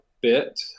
bit